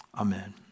Amen